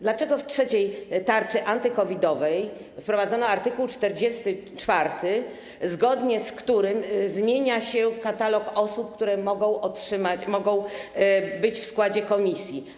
Dlaczego w trzeciej tarczy anty-covid-owej wprowadzono art. 44, zgodnie z którym zmienia się katalog osób, które mogą otrzymać, mogą być w składzie komisji?